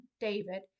David